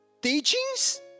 Teachings